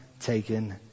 taken